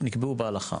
שנקבעו בהלכה,